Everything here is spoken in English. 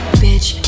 bitch